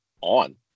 on